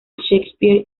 shakespeare